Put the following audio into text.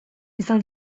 izan